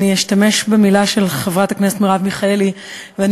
אני אשתמש במילה של חברת הכנסת מרב מיכאלי ואני